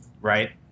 Right